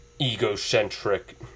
egocentric